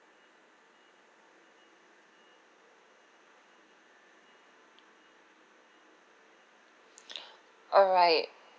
alright